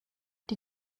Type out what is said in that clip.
die